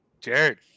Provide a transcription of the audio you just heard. Jared